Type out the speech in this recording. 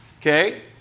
Okay